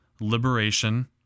liberation